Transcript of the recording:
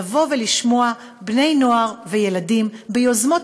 לבוא ולשמוע בני-נוער וילדים ביוזמות